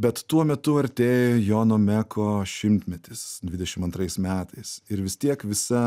bet tuo metu artėjo jono meko šimtmetis dvidešim antrais metais ir vis tiek visa